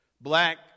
Black